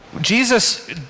Jesus